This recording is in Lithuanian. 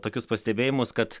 tokius pastebėjimus kad